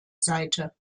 seite